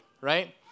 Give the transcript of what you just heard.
right